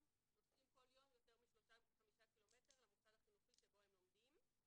נוסעים כל יום יותר מ-5% ק"מ למוסד החינוכי שבו הם לומדים.